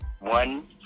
One